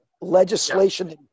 legislation